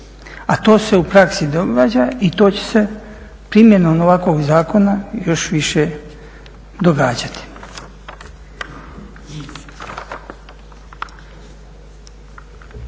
a to se u praksi događa i to će se primjenom ovakvog zakona još više događati.